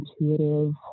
intuitive